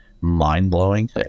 mind-blowing